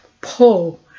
pull